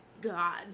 God